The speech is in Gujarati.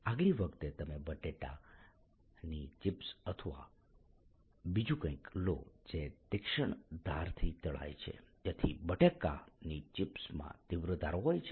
આગલી વખતે તમે બટાકાની ચિપ્સ અથવા બીજું કંઇક લો જે તીક્ષ્ણ ધારથી તળાય છે તેથી બટાકાની ચિપ્સમાં તીવ્ર ધાર હોય છે